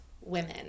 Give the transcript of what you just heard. women